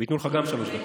וייתנו גם לך שלוש דקות.